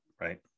right